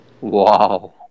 wow